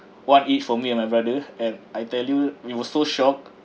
one each for me and my brother and I tell you we were so shocked